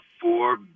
four